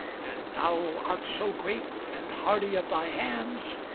thou art so great, and hardy of thy hands,